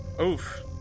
Oof